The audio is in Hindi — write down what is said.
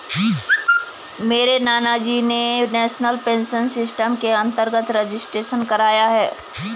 मेरे नानाजी ने नेशनल पेंशन सिस्टम के अंतर्गत रजिस्ट्रेशन कराया है